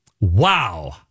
Wow